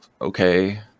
okay